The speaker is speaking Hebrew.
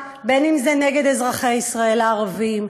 בין אם זה נגד אזרחי ישראל הערבים,